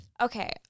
Okay